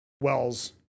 Wells